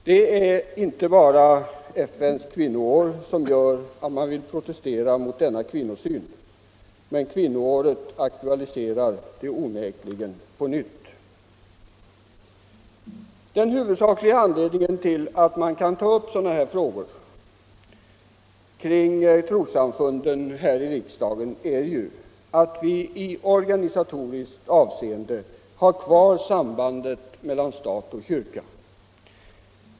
Det är inte bara FN:s kvinnoår som gör att jag vill protestera mot denna syn, men kvinnoåret aktualiserar onekligen frågan på nytt. Den huvudsakliga anledningen till att man kan ta upp dessa enskilda frågor kring trossamfunden här i riksdagen är ju att vi i organisatoriskt avseende har kvar sambandet mellan stat och kyrka.